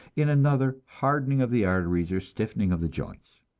in another hardening of the arteries or stiffening of the joints.